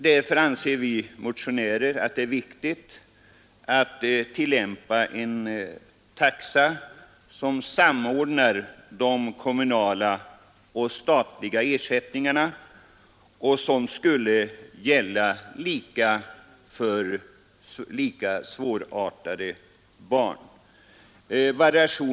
Därför anser vi motionärer att det är viktigt att tillämpa en taxa som samordnar de kommunala och statliga ersättningarna, vilken skulle gälla lika för barn med samma svårigheter.